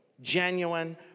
Genuine